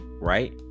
right